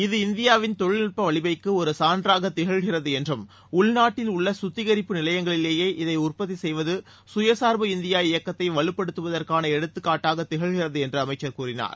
இது இந்தியாவின் தொழில்நுட்ப வலிமைக்கு ஒரு சான்றாக திகழ்கிறது என்றும் உள்நாட்டில் உள்ள கத்திகரிப்பு நிலையங்களிலேயே இதை உற்பத்தி செய்வது கய வலுப்படுத்துவதற்கான எடுத்துக்காட்டாகத் திகழ்கிறது என்றும் அமைச்சர் கூறினார்